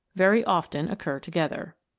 very often occur together.